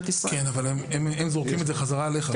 כן אבל הם זורקים את זה חזרה עליך.